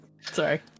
Sorry